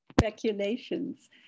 speculations